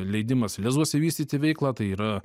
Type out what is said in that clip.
leidimas lezuose vystyti veiklą tai yra